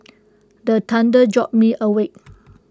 the thunder jolt me awake